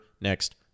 next